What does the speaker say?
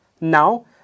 Now